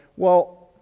well,